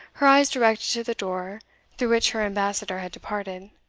her eyes directed to the door through which her ambassador had departed.